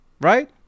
Right